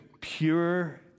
pure